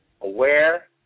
aware